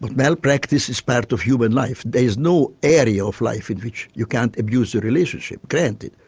but malpractice is part of human life. there is no area of life in which you can't abuse a relationship, granted.